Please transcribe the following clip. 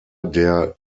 der